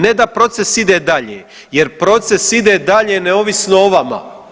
Ne da proces ide dalje jer proces ide dalje neovisno o vama.